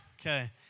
Okay